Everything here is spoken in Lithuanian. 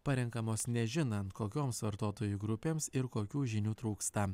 parenkamos nežinant kokioms vartotojų grupėms ir kokių žinių trūksta